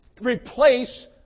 replace